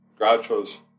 Groucho's